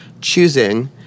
choosing